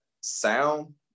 sound